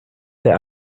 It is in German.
der